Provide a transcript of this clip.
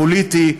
הפוליטי,